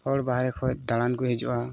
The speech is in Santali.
ᱦᱚᱲ ᱵᱟᱦᱨᱮ ᱠᱷᱚᱱ ᱫᱟᱲᱟᱱ ᱠᱚ ᱦᱤᱡᱩᱜᱼᱟ